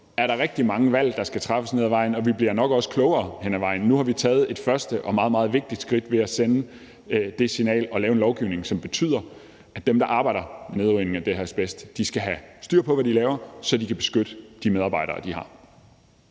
er der rigtig mange valg, der skal træffes hen ad vejen, og vi bliver nok også klogere hen ad vejen. Men nu har vi taget et første og meget, meget vigtigt skridt ved at sende det signal at lave en lovgivning, som betyder, at dem, der arbejder med nedrivning af det her asbest, skal have styr på, hvad de laver, så de kan beskytte de medarbejdere, de har.